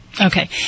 Okay